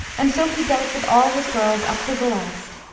and so he dealt with all his girls up to the last.